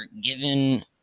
given